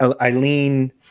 Eileen